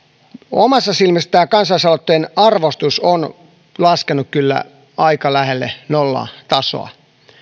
omissa silmissäni tämän kansalaisaloitteen arvostus on laskenut kyllä aika lähelle nollatasoa